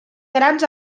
grans